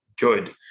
good